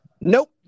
Nope